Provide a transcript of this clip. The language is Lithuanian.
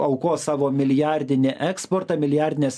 aukos savo milijardinį eksportą milijardines